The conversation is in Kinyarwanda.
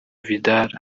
vidal